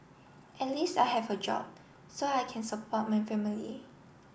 at least I have a job so I can support my family